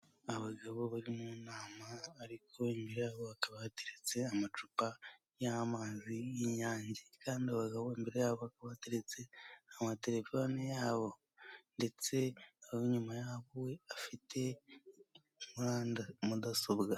Abagabo bari mu nama ariko imbere hakaba hateretse amacupa y'amazi y'inyange, kandi abagabo imbere yabo hakaba hateretse amaterefone yabo ndetse uw'inyuma yabo afite mudasobwa.